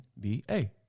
NBA